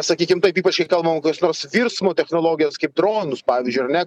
sakykim taip ypač jei kalbam kokios nors virsmo technologijos kaip dronus pavyzdžiui ar ne